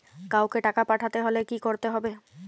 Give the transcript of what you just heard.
কাওকে টাকা পাঠাতে হলে কি করতে হবে?